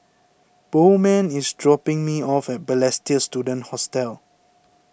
Bowman is dropping me off at Balestier Student Hostel